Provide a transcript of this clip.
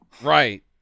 right